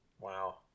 Wow